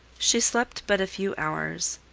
she slept but a few hours.